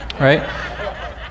right